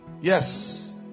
yes